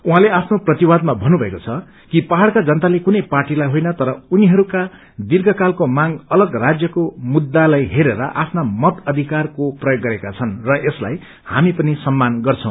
उहाँले आफ्नो प्रतिवादमा भन्नुभएको छ कि पहाड़का जनताले कुनै पार्टीलाई कोइन तर उनीहरूका दीर्घकालको माग अलग राज्यको मुद्दालाई हेरेर आफ्ना मताधिकारको प्रयोग गरेका छन् र यसलाई झमी पनि सम्मान गर्छी